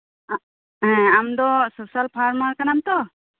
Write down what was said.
ᱦᱮᱸ ᱟᱢᱫᱚ social farmer ᱠᱟᱱᱟᱢᱛᱚ